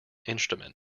instrument